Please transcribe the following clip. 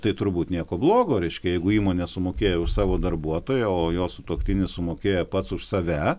tai turbūt nieko blogo reiškia jeigu įmonė sumokėjo už savo darbuotoją o jo sutuoktinis sumokėjo pats už save